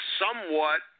somewhat